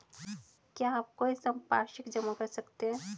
क्या आप कोई संपार्श्विक जमा कर सकते हैं?